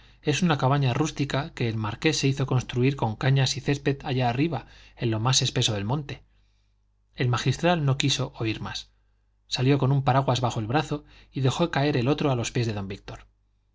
es una cabaña rústica que el marqués se hizo construir con cañas y césped allá arriba en lo más espeso del monte el magistral no quiso oír más salió con un paraguas bajo el brazo y dejó caer el otro a los pies de don víctor